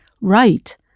Right